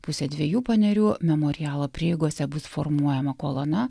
pusę dviejų panerių memorialo prieigose bus formuojama kolona